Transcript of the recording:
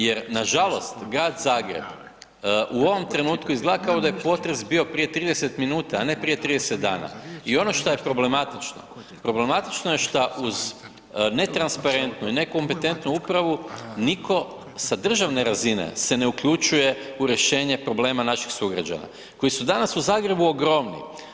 Jer nažalost grad Zagreb u ovom trenutku izgleda kao da je potres bio prije 30 minuta, a ne prije 30 dana i ono što je problematično, problematično je što uz netransparentno i nekompetentnu upravu nitko sa državne razine se ne uključuje u rješenje problema naših sugrađana koji su danas u Zagrebu ogromni.